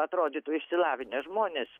atrodytų išsilavinę žmonės